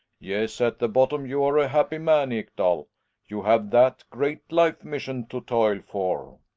yes, at the bottom you're a happy man, ekdal you have that great life-mission to toil for